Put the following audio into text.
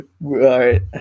Right